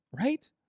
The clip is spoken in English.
right